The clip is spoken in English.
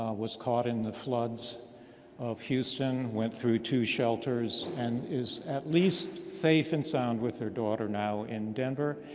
um was caught in the floods of houston. went through two shelters. and is at least safe and sound with her daughter now in denver.